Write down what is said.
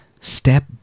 step